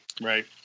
right